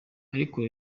ariko